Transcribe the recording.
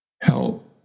help